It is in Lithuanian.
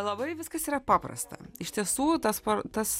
labai viskas yra paprasta iš tiesų tas por tas